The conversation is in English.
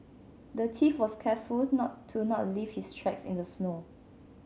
the thief was careful not to not leave his tracks in the snow